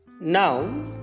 Now